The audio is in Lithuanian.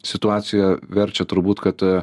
situacija verčia turbūt kad